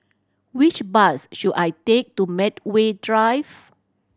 which bus should I take to Medway Drive